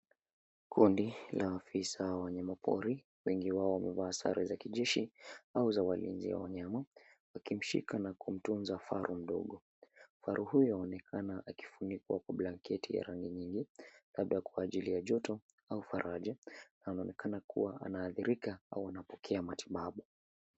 Kundi la maafisa wa wanyamapori wengi wao wamevaa sare za kijeshi au za walinzi wa wanyama wakimshika na kumtunza kifaru mdogo. Kifaru huyo anaonekana akifunikwa kwa blanketi ya rangi nyingi labda kwa ajili ya joto au faraja. Anaonekana kuwa anaathirika huku anapokea matibabu.